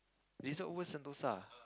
Resort-World-Sentosa